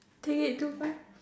take it too far